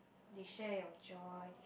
they share your joy